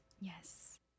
Yes